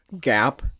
gap